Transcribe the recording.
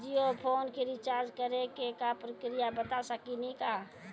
Jio phone के recharge करे के का प्रक्रिया बता साकिनी का?